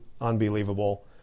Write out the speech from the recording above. unbelievable